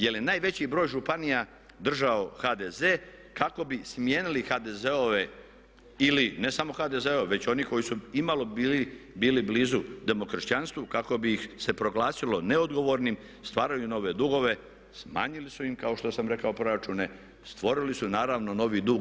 Jer je najveći broj županija držao HDZ kako bi smijenili HDZ-ove ili ne samo HDZ-ove već one koji su imalo bili blizu demokršćanstvu kako bi ih se proglasilo neodgovornim, stvaraju nove dugove, smanjili su im kao što sam rekao proračune, stvorili su naravno novi dug.